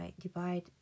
divide